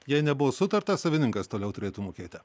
jei nebuvo sutarta savininkas toliau turėtų mokėti